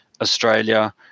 australia